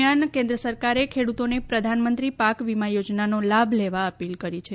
દરમિયાન કેન્દ્ર સરકારે ખેડૂતોને પ્રધાનમંત્રી પાક વીમા યોજનાનો લાભ લેવા અપીલ કરી છે